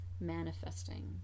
manifesting